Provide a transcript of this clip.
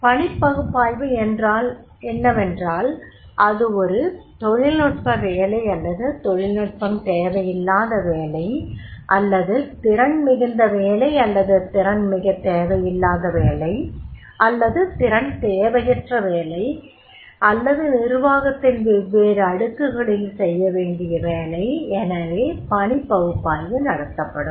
பணிப் பகுப்பாய்வு என்னவென்றால் அது ஒரு தொழில்நுட்ப வேலை அல்லது தொழில்நுட்பம் தேவையில்லாத வேலை அல்லது திறன் மிகுந்தவேலை அல்லது திறன் மிகத் தேவையில்லாத வேலை அல்லது திறன் தேவையற்ற வேலை அல்லது நிர்வாகத்தின் வெவ்வேறு அடுக்குகளில் செய்யவேண்டிய வேலையா எனவே பணிப் பகுப்பாய்வு நடத்தப்படும்